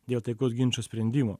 dėl taikaus ginčo sprendimo